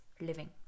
living